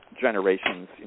generations